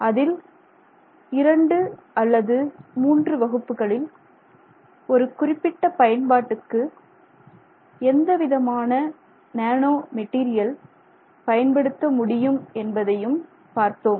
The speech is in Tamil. அதில் இரண்டு அல்லது மூன்று வகுப்புகளில் ஒரு குறிப்பிட்ட பயன்பாட்டுக்கு எந்தவிதமான நேனோ மெட்டீரியல் பயன்படுத்த முடியும் என்பதையும் பார்த்தோம்